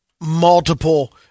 multiple